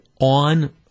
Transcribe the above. on